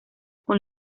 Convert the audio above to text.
con